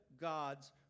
gods